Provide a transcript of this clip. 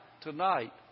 tonight